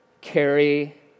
Carry